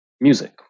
music